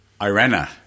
Irena